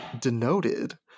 denoted